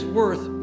worth